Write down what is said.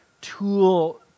tool